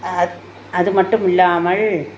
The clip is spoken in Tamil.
அது அது மட்டும் இல்லாமல்